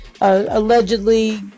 allegedly